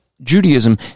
Judaism